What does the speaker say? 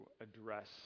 address